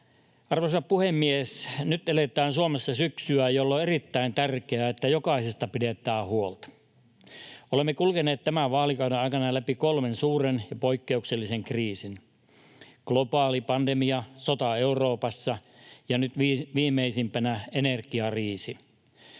Arvoisa puhemies! Nyt eletään Suomessa syksyä, jolloin on erittäin tärkeää, että jokaisesta pidetään huolta. Olemme kulkeneet tämän vaalikauden aikana läpi kolmen suuren ja poikkeuksellisen kriisin: globaali pandemia, sota Euroopassa ja nyt viimeisimpänä energiakriisi.